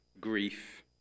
grief